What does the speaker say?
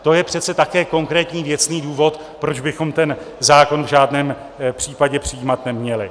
To je přece také konkrétní, věcný důvod, proč bychom ten zákon v žádném případě přijímat neměli.